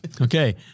Okay